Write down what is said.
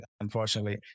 unfortunately